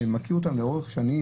אני מכיר אותם לאורך שנים